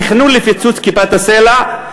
תכנון לפיצוץ כיפת-הסלע,